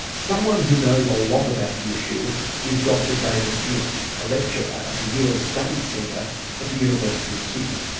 someone who knows a lot about the issue is dr david smith, a lecturer at the us studies centre at the university of sydney.